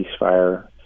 ceasefire